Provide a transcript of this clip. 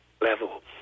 level